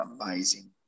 amazing